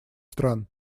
стран